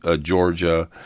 Georgia